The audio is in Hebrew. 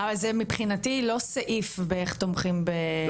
אבל מבחינתי זה לא סעיף באיך תומכים בארגוני חברה אזרחית.